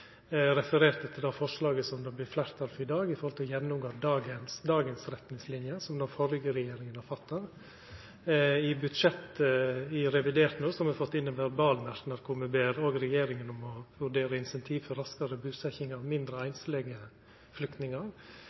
refererte til det forslaget som det vert fleirtal for i dag, om å gjennomgå dagens retningslinjer, som den førre regjeringa vedtok. I revidert budsjett har me fått inn eit verbalforslag der me ber regjeringa om å vurdera incentiv for raskare busetjing av einslege